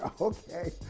Okay